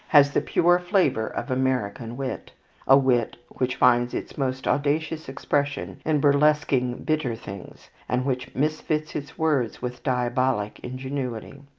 has the pure flavour of american wit a wit which finds its most audacious expression in burlesquing bitter things, and which misfits its words with diabolic ingenuity.